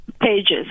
pages